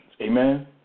Amen